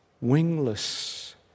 wingless